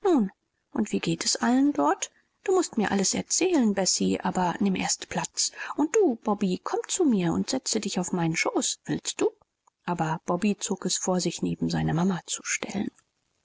und wie geht es allen dort du mußt mir alles erzählen bessie aber nimm erst platz und du bobby komm zu mir und setze dich auf meinen schoß willst du aber bobby zog es vor sich neben seine mama zu stellen